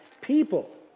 people